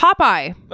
Popeye